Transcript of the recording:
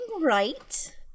right